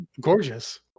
Gorgeous